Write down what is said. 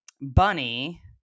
bunny